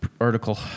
article